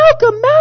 Malcolm